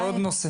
זה עוד נושא.